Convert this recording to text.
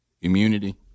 immunity